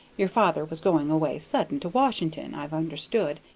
your father was going away sudden to washington, i've understood,